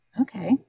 Okay